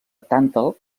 tàntal